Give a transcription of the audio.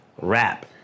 Rap